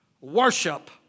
worship